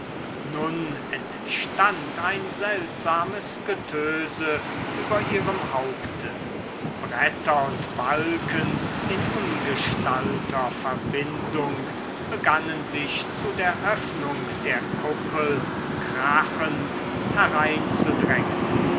nun entstand ein seltsames getöse über ihrem haupte bretter und balken in ungestalter verbindung begannen sich zu der öffnung der kuppel krachend